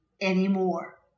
anymore